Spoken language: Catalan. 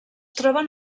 troben